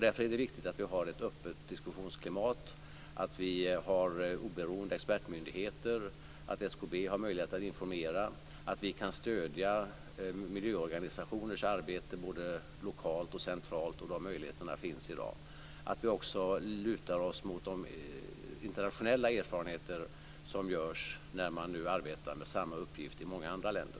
Därför är det viktigt att vi har ett öppet diskussionsklimat, att vi har oberoende expertmyndigheter, att SKB har möjlighet att informera och att vi kan stödja miljöorganisationers arbete både lokalt och centralt. De möjligheterna finns i dag. Det är också viktigt att vi lutar oss mot de internationella erfarenheter som finns när man nu arbetar med samma uppgift i många andra länder.